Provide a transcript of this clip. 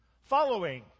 Following